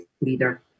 leader